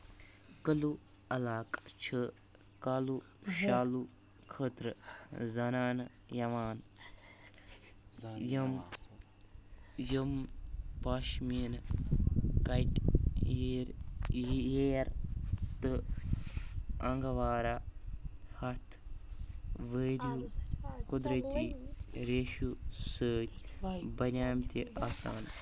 کلوعلاقہٕ چھُ کالوٗ شالو خٲطرٕ زَنانہٕ یوان، یم پشمینہٕ، کٹہٕ یر یہِ ییر، تہٕ انگورا ہتھ وٲری قۄدرٔتی ریشو سۭتۍ بنیمٕتہِ آسان